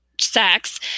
sex